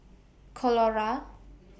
Colora